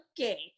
okay